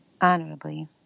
honorably